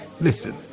Listen